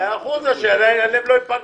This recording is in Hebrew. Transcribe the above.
אבל שהלב שלו לא ייפגע.